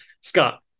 Scott